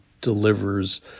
delivers